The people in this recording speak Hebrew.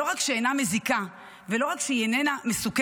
שלא רק שאינה מזיקה, ולא רק שהיא איננה מסוכנת,